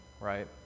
right